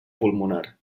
pulmonar